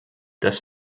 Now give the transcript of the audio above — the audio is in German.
das